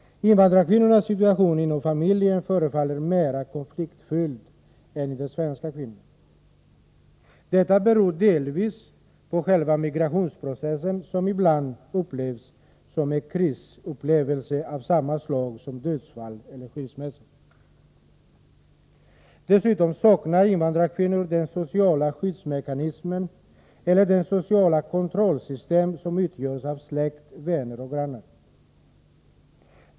Invandrarkvinnornas situation inom familjen förefaller mera konfliktfylld än den svenska kvinnans. Detta beror delvis på själva migrationsprocessen, som ibland innebär en krisupplevelse av samma slag som vid dödsfall eller skilsmässa. Dessutom saknar invandrarkvinnan den sociala skyddsmekanism eller det sociala kontrollsystem som utgörs av släkt, vänner och grannar.